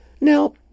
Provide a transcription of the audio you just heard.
Now